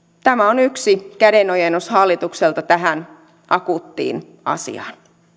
tämä on yksi kädenojennus hallitukselta tähän akuuttiin asiaan